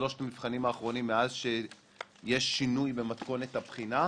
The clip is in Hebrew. בשלושת המבחנים האחרונים מאז שיש שינוי במתכונת הבחינה.